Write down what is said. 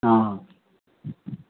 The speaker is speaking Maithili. हँ